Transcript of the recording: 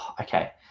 Okay